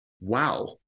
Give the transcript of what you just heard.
Wow